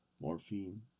morphine